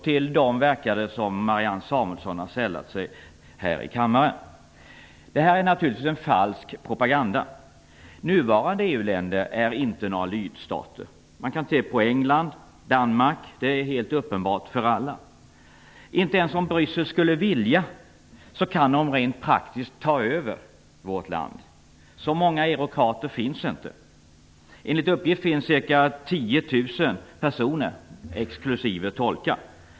Till dem verkar det som om Marianne Samuelsson har sällat sig här i kammaren. Detta är naturligtvis en falsk propaganda. Nuvarande EU-länder är inga lydstater. Man kan se på England och Danmark. Inte ens om Bryssel skulle vilja, kan de rent praktiskt ta över vårt land. Så många "eurokrater" finns inte. Enligt uppgift finns ca 10 000 personer exklusive tolkar.